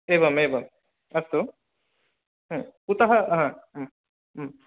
एवमेवम् अस्तु कुतः